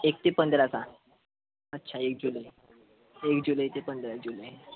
एक ते पंधरा का अच्छा एक जुलै एक जुलै ते पंधरा जुलै